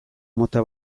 mota